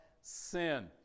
sin